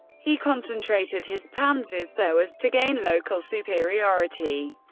he concentrated his panzers so as to gain local superiority.